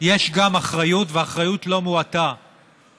היא סחיטה של כיבוש,